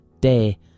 day